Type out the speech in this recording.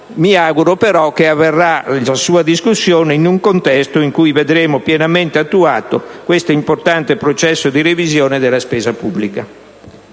Mi auguro, però, che la sua discussione avverrà in un contesto in cui vedremo pienamente attuato questo importante processo di revisione della spesa pubblica.